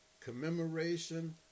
commemoration